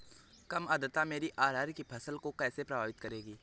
कम आर्द्रता मेरी अरहर की फसल को कैसे प्रभावित करेगी?